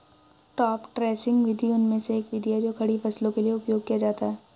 top dressing विधि उनमें से एक विधि है जो खड़ी फसलों के लिए उपयोग किया जाता है